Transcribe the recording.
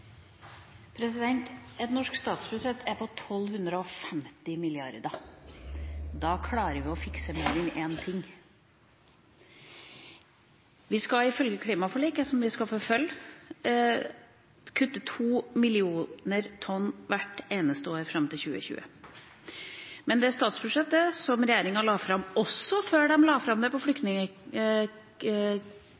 Et norsk statsbudsjett er på 1 250 mrd. kr. Da klarer vi å fikse mer enn én ting. Vi skal ifølge klimaforliket, som vi skal følge opp, kutte 2 millioner tonn hvert eneste år fram til 2020. Men også i det statsbudsjettet som regjeringa la fram før de la fram